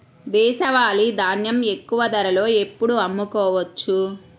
దేశవాలి ధాన్యం ఎక్కువ ధరలో ఎప్పుడు అమ్ముకోవచ్చు?